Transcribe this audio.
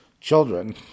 children